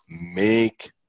make